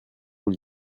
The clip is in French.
vous